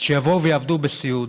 שיבואו ויעבדו בסיעוד.